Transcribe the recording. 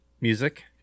Music